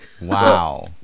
wow